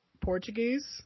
Portuguese